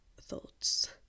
thoughts